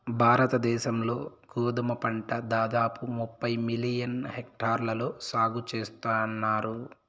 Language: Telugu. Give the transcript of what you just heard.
భారత దేశం లో గోధుమ పంట దాదాపు ముప్పై మిలియన్ హెక్టార్లలో సాగు చేస్తన్నారు